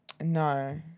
No